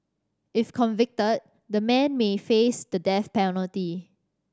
if convicted the men may face the death penalty